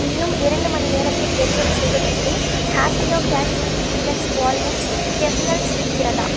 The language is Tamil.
இன்னும் இரண்டு மணி நேரத்தில் டெலிவெரி செய்வதற்கு Happilo Kashmiri deluxe walnut kernels இருக்கிறதா